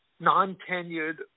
non-tenured